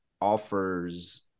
offers